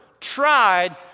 tried